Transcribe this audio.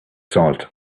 salt